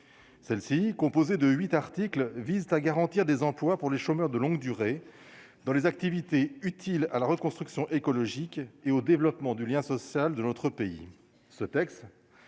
celle-ci, composée de 8 articles vise à garantir des emplois pour les chômeurs de longue durée dans les activités utiles à la reconstruction écologique et au développement du lien social de notre pays, ce texte